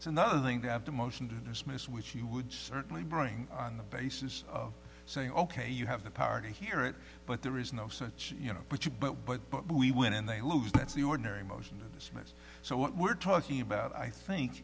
it's another thing to have the motion to dismiss which you would certainly bring on the basis of saying ok you have the power to hear it but there is no such you know which you but but but we win they lose that's the ordinary motion to dismiss so what we're talking about i think